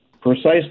precisely